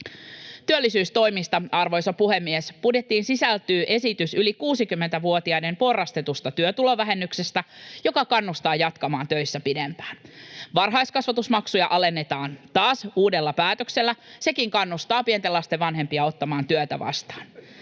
Työllisyystoimista, arvoisa puhemies: Budjettiin sisältyy esitys yli 60-vuotiaiden porrastetusta työtulovähennyksestä, joka kannustaa jatkamaan töissä pidempään. Varhaiskasvatusmaksuja alennetaan taas uudella päätöksellä, sekin kannustaa pienten lasten vanhempia ottamaan työtä vastaan.